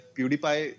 PewDiePie